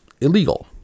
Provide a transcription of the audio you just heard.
illegal